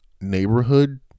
neighborhood